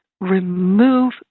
remove